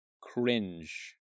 cringe